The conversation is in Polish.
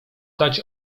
dać